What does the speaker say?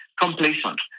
complacent